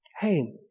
hey